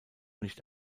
nicht